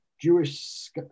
Jewish